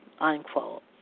unquote